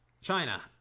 China